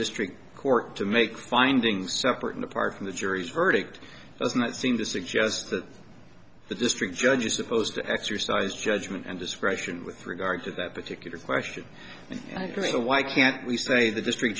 district court to make findings separate and apart from the jury's verdict doesn't that seem to suggest that the district judge is supposed to exercise judgment and discretion with regard to that particular question to why can't we say the district